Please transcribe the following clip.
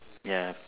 ya